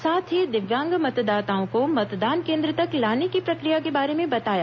साथ ही दिव्यांग मतदाताओं को मतदान केंद्र तक लाने की प्रक्रिया के बारे में बताया